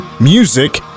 music